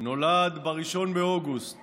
הוא נולד ב-1 באוגוסט